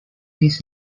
his